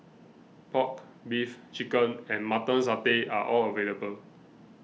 Pork Beef Chicken and Mutton Satay are all available